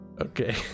Okay